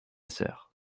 sœur